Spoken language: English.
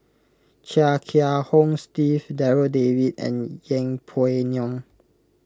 Chia Kiah Hong Steve Darryl David and Yeng Pway Ngon